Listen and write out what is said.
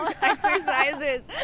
exercises